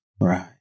Right